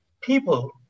people